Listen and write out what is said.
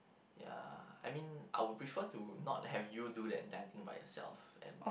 ya I mean I would prefer to not have you do that done by yourself and